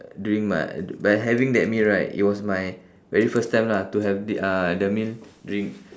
during my by having that meal right it was my very first time lah to have the uh the meal during